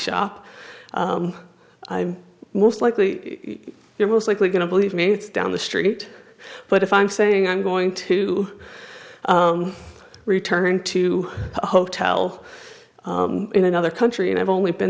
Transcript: shop i'm most likely you're most likely going to believe me it's down the street but if i'm saying i'm going to return to a hotel in another country and i've only been